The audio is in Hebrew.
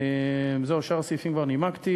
זהו, את שאר הסעיפים כבר נימקתי.